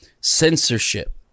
censorship